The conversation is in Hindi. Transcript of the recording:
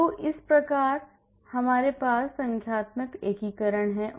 तो इसी तरह हमारे पास संख्यात्मक एकीकरण भी है